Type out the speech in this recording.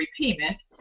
repayment